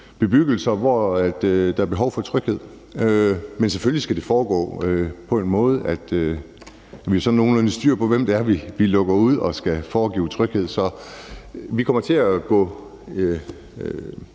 bebyggelser, hvor der er behov for tryghed, men det skal selvfølgelig foregå på en måde, hvor vi har nogenlunde styr på, hvem det er, vi lukker ud, og som skal foregive en tryghed. Så vi kommer til at gå